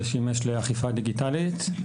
ושימש לאכיפה דיגיטלית,